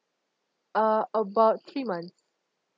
uh about three months